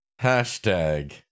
Hashtag